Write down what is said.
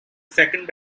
second